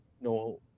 no